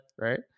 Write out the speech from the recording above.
right